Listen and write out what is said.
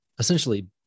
essentially